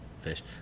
fish